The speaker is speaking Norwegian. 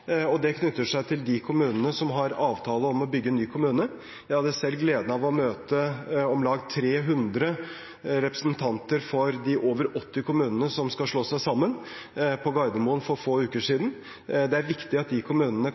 og det knytter seg til de kommunene som har avtale om å bygge ny kommune. Jeg hadde selv gleden av å møte om lag 300 representanter for de over 80 kommunene som skal slå seg sammen, på Gardermoen for få uker siden. Det er viktig at de kommunene